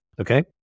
okay